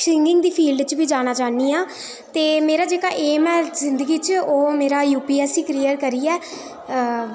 singing दे field च बी जाना चाह्न्नी आं ते मेरा जेह्का एम ऐ जिंदगी च ओह् मेरा यूपीऐस्ससी कलियर करियै ऐ